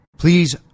Please